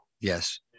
yes